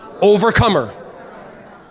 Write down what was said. overcomer